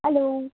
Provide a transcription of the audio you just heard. hello